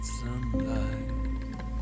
Sunlight